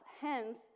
Hence